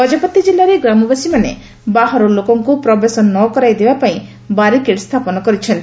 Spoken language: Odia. ଗଜପତି କିଲ୍ଲାରେ ଗ୍ରାମାବାସୀମାନେ ବାହାର ଲୋକଙ୍କୁ ପ୍ରବେଶ ନ କରାଇ ଦେବା ପାଇଁ ବାରିକେଟ ସ୍ପାପନ କରିଛନ୍ତି